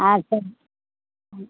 ஆ சரி